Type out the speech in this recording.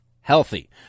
healthy